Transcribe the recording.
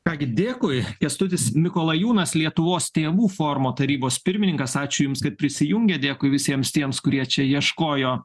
ką gi dėkui kęstutis mikolajūnas lietuvos tėvų forumo tarybos pirmininkas ačiū jums kad prisijungėt dėkui visiems tiems kurie čia ieškojo